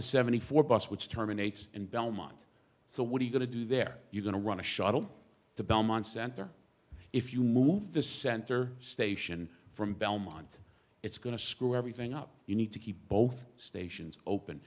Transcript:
the seventy four bus which terminates in belmont so what are you going to do there you're going to run a shuttle to belmont center if you move the center station from belmont it's going to screw everything up you need to keep both stations open